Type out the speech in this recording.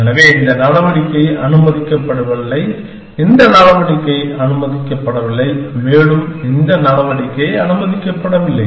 எனவே இந்த நடவடிக்கை அனுமதிக்கப்படவில்லை இந்த நடவடிக்கை அனுமதிக்கப்படவில்லை மேலும் இந்த நடவடிக்கை அனுமதிக்கப்படவில்லை